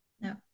no